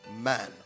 man